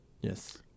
Yes